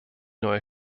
neue